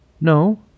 No